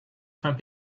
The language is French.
fins